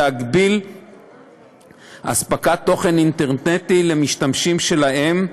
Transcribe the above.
להגביל הספקת תוכן אינטרנטי למשתמשים שלהם.